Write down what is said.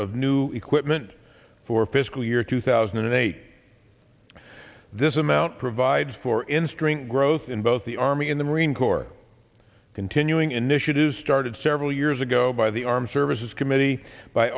of new equipment for fiscal year two thousand and eight this amount provides for in string growth in both the army in the marine corps continuing initiative started several years ago by the armed services committee by